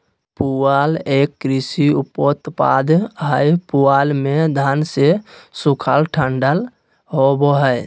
पुआल एक कृषि उपोत्पाद हय पुआल मे धान के सूखल डंठल होवो हय